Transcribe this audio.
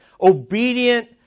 obedient